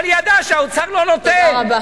אבל היא ידעה שהאוצר לא נותן,